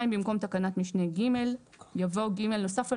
במקום תקנת משנה (ג) יבוא: "(ג) נוסף על